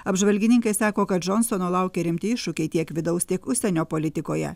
apžvalgininkai sako kad džonsono laukia rimti iššūkiai tiek vidaus tiek užsienio politikoje